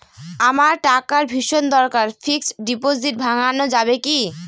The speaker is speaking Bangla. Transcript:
আমার টাকার ভীষণ দরকার ফিক্সট ডিপোজিট ভাঙ্গানো যাবে কি?